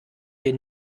wir